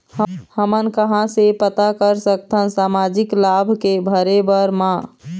हमन कहां से पता कर सकथन सामाजिक लाभ के भरे बर मा?